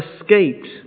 escaped